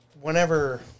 whenever